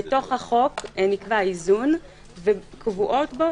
בתוך החוק נקבע איזון וקבועות בו